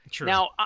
Now